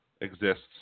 exists